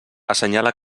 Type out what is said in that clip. assenyala